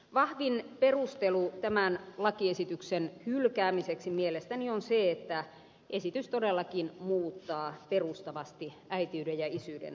vahvin perustelu tämän lakiesityksen hylkäämiseksi mielestäni on se että esitys todellakin muuttaa perustavasti äitiyden ja isyyden käsitteitä